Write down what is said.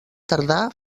tardà